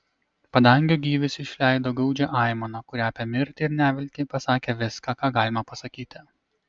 padangių gyvis išleido gūdžią aimaną kuria apie mirtį ir neviltį pasakė viską ką galima pasakyti